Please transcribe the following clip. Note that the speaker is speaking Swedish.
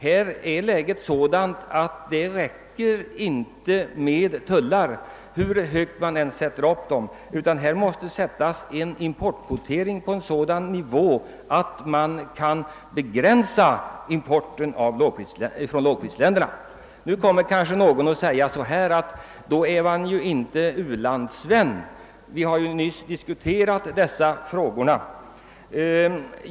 Läget är sådant att det inte räcker med tullar hur höga de än sätts; det måste bli en importkvotering på sådan nivå att importen från låglöneländerna begränsas. Nu kanske någon säger att man i så fall inte är u-landsvän; vi har ju nyligen diskuterat dessa frågor.